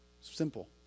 Simple